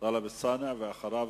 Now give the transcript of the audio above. טלב אלסאנע, ואחריו,